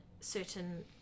certain